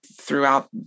throughout